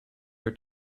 her